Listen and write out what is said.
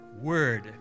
word